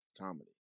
comedy